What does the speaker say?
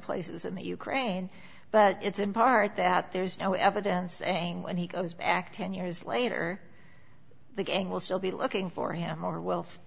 places in the ukraine but it's in part that there's no evidence and when he comes back ten years later the gang will still be looking for him or wealth